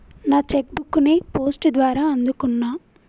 నా cheque book ని post ద్వారా అందుకున్నా